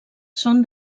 són